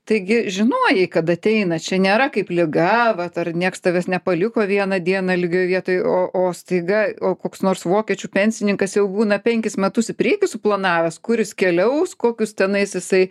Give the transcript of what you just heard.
taigi žinojai kad ateina čia nėra kaip liga vat ar nieks tavęs nepaliko vieną dieną lygioj vietoj o o staiga o koks nors vokiečių pensininkas jau būna penkis metus į priekį suplanavęs kur jis keliaus kokius tenais jisai